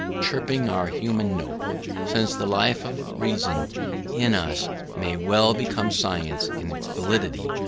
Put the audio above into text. chirping our human note since the life of reason in us may well become science in its validity,